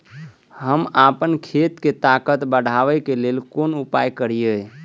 हम आपन खेत के ताकत बढ़ाय के लेल कोन उपाय करिए?